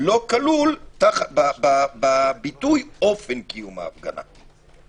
לא כלול בביטוי אופן קיום ההפגנה?